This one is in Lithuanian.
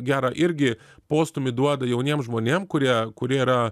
gerą irgi postūmį duoda jauniem žmonėm kurie kurie yra